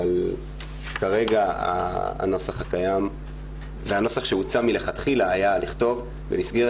אבל כרגע הנוסח הקיים והנוסח שהוצע מלכתחילה היה לכתוב במסגרת